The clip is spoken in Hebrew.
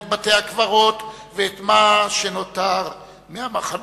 את בתי-הקברות ואת מה שנותר מהמחנות.